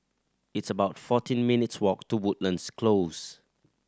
it's about fourteen minutes' walk to Woodlands Close